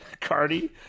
Cardi